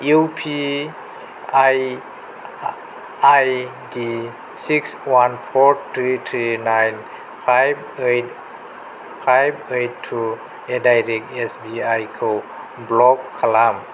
U P I I D six one four three three nine five ओइद five ओइद two at the rate S B I खौ block खालाम